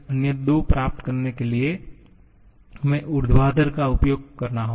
अन्य दो प्राप्त करने के लिए हमें ऊर्ध्वाधर का उपयोग करना होगा